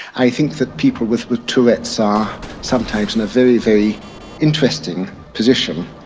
i think that people with with tourette's are sometimes in a very, very interesting position.